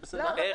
איך?